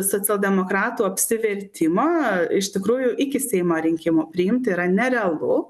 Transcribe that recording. socialdemokratų apsivertimą iš tikrųjų iki seimo rinkimų priimti yra nerealu